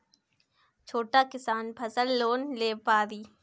छोटा किसान फसल लोन ले पारी?